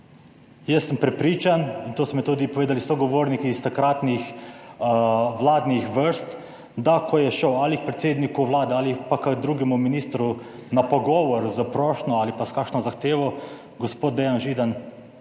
Jaz sem prepričan in to so mi tudi povedali sogovorniki iz takratnih vladnih vrst, da ko je šel ali k predsedniku Vlade ali pa k drugemu ministru na pogovor s prošnjo ali pa s kakšno zahtevo, gospod Dejan Židan